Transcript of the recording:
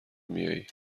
میائی